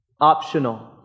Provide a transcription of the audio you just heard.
optional